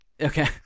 Okay